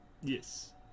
Yes